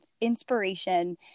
inspiration